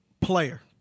player